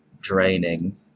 Draining